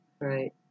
Right